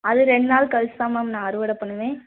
அது ரெண்டு நாள் கழிச்சி தான் மேம் நான் அறுவடை பண்ணுவேன்